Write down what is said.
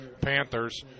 Panthers